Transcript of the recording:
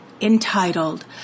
entitled